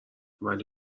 ولی